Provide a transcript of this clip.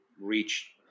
reach